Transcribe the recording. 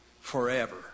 forever